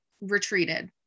retreated